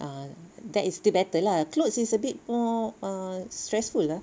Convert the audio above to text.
ah that is still better lah clothes is a bit more ah stressful lah